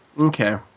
Okay